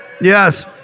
Yes